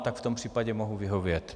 Tak v tom případě mohu vyhovět.